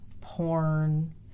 porn